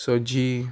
सजी